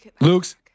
Luke's